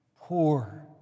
poor